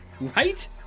Right